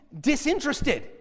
disinterested